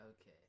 Okay